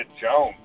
Jones